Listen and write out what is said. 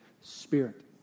Spirit